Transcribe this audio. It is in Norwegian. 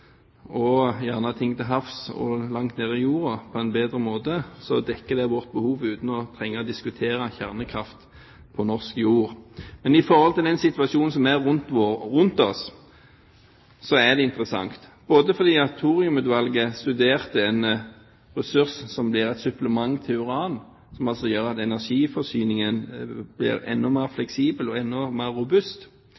og gjerne ting til havs og langt nede i jorden – på en bedre måte. Det dekker vårt behov, uten at vi behøver å diskutere kjernekraft på norsk jord. Men med den situasjonen som er rundt oss, er det interessant. Thoriumutvalget studerte en ressurs som blir et supplement til uran, som altså gjør at energiforsyningen blir enda mer